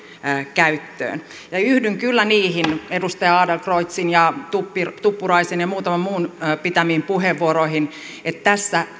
käyttöön ja yhdyn kyllä niihin edustaja adlercreutzin ja tuppuraisen ja muutaman muun pitämiin puheenvuoroihin että tässä